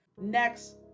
Next